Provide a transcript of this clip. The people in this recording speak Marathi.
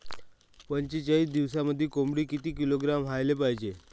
पंचेचाळीस दिवसामंदी कोंबडी किती किलोग्रॅमची व्हायले पाहीजे?